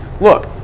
Look